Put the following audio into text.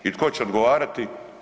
I tko će odgovarati?